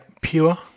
pure